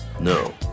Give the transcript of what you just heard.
No